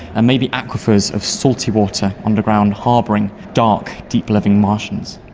and maybe aquifers of salty water underground harbouring dark, deep-living martians.